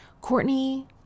Courtney